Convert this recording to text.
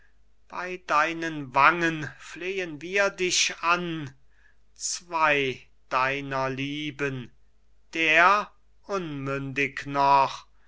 bei deinen wangen flehen wir dich an zwei deiner lieben der unmündig noch